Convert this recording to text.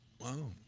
Wow